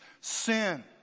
sin